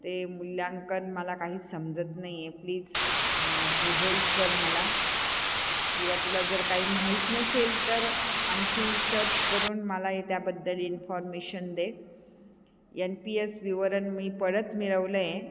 ते मूल्यांकन मला काही समजत नाही आहे प्लीज तू हेल्प कर मला किंवा तुला जर काही माहीत नसेल तर आनखी सर्च करून मलाही त्याबद्दल इन्फॉर्मेशन दे एन पी एस विवरन मी परत मिळवलं आहे